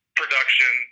production